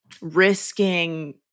risking